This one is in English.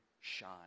shine